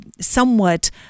somewhat